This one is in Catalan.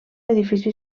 edifici